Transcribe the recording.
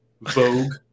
vogue